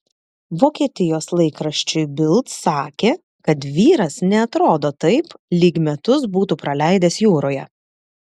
vokietijos laikraščiui bild sakė kad vyras neatrodo taip lyg metus būtų praleidęs jūroje